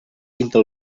pinta